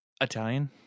Italian